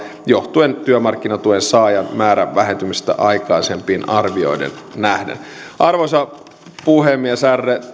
johtuen työmarkkinatuen saajien määrän vähentymisestä aikaisempiin arvioihin nähden arvoisa puhemies ärade talman till slut